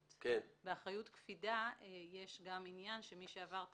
באחריות קפידה יש גם עניין שמי שעבר את